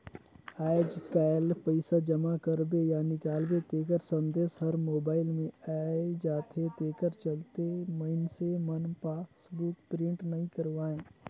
आयज कायल पइसा जमा करबे या निकालबे तेखर संदेश हर मोबइल मे आये जाथे तेखर चलते मइनसे मन पासबुक प्रिंट नइ करवायें